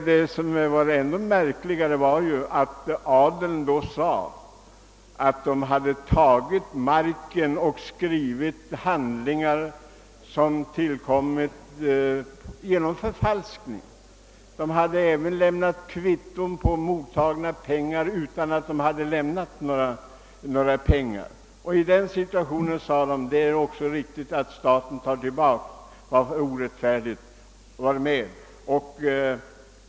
Vad som är ännu märkligare är att adeln uttalade att man tagit marken och skrivit förfalskade handlingar. Det hade också lämnats kvitton på mottagna pengar utan att några pengar lämnats. I den situationen sade man sig att det var riktigt att staten tog tillbaka vad den orättmätigt gått miste om.